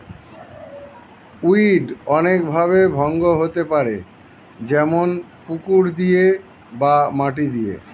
weed অনেক ভাবে ভঙ্গ হতে পারে যেমন পুকুর দিয়ে বা মাটি দিয়ে